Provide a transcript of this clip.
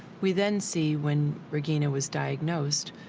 we then see when regina was diagnosed,